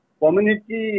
community